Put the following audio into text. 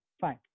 fine